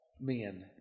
men